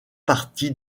partie